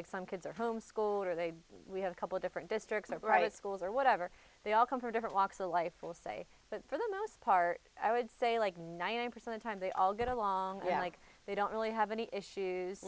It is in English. like some kids are home school or they we have a couple different districts of right schools or whatever they all come from different walks of life will say but for the most part i would say like ninety nine percent of time they all get along yeah like they don't really have any issues